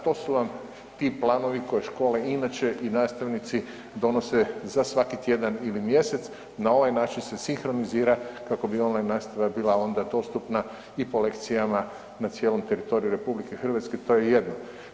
To su vam ti planovi koje škole inače i nastavnici donose za svaki tjedan ili mjesec, na ovaj način se sinkronizira kako bi on line nastava bila onda dostupna i po lekcijama na cijelom teritoriju RH, to je jedno.